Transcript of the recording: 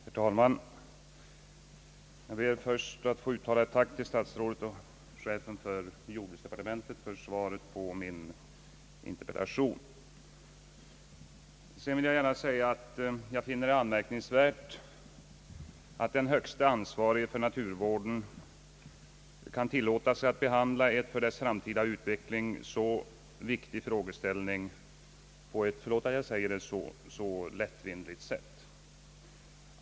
Herr talman! Jag ber först att få uttala ett tack till statsrådet och chefen för jordbruksdepartementet för svaret på min interpellation. Jag vill säga, att jag finner det anmärkningsvärt att den högste ansvarige för naturvården här kan tillåta sig att behandla en för dennas framtida utveckling så viktig frågeställning på ett — förlåt att jag säger det — så lättvindigt sätt.